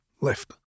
left